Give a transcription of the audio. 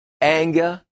anger